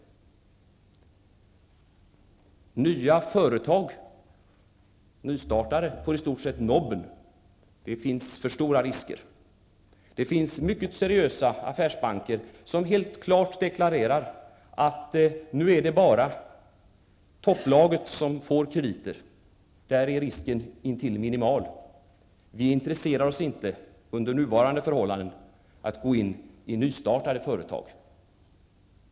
Nystartade företag får i stort sett nobben. Riskerna är för stora. Mycket seriösa affärsbanker deklarerar klart att det nu bara är topplaget som får krediter, för där är risken intill minimal. Affärsbankerna är under rådande förhållanden inte intresserade av att gå in i nystartade företag.